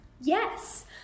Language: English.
Yes